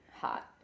hot